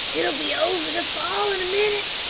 it'll be over the fall in a minute!